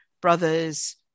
brothers